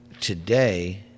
today